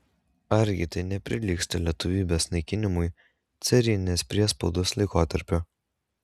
argi tai neprilygsta lietuvybės naikinimui carinės priespaudos laikotarpiu